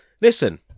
Listen